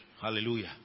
Hallelujah